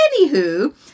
Anywho